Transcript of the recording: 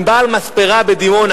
אם בעל מספרה בדימונה